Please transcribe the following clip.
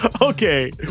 Okay